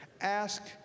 Ask